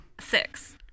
Six